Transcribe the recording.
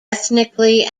ethnically